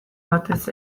batez